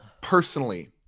personally